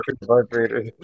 vibrator